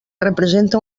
representa